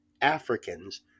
Africans